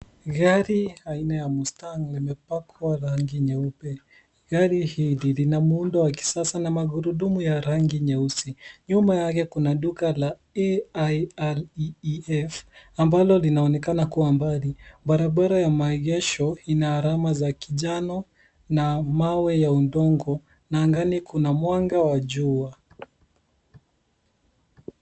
Gari aina ya Mustang limepakwa rangi nyeupe. Gari hili lina muundo wa kisasa na magurudumu ya rangi nyeusi. Nyuma yake kuna duka la AI REEF ambalo linaonekana kuwa mbali. Barabara ya maegesho ina alama za kinjano na mawe ya udongo na angani kuna mwanga wa jua.